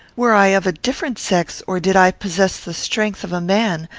were i of a different sex, or did i possess the strength of a man,